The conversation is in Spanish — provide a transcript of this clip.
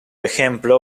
ejemplo